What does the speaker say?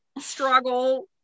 struggle